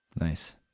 nice